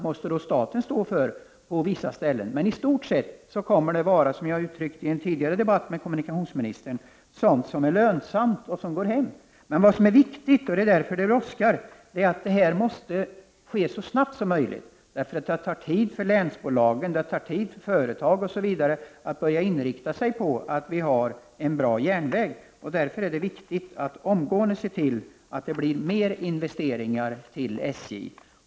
Men i stort sett kommer detta att vara lönsamt och ”gå hem”, precis som jag påpekade i en tidigare debatt med kommunikationsministern. Vad som är viktigt och anledningen till att det brådskar är att detta måste ske så snabbt som möjligt. Det tar nämligen tid för länsbolagen, företag och andra att börja inrikta sig på att vi har en bra järnväg. Av den anledningen är det viktigt att omgående se till att det investeras mer i SJ.